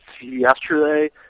yesterday